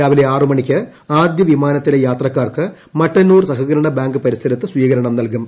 രാവി ലെ ആറുമണിക്ക് ആദ്യ വിമാനത്തിലെ യാത്രക്കാർക്ക് മട്ടന്നൂർ സഹകരണ ബാങ്ക് പരീസ്രത്ത് സ്വീകരണം നൽകും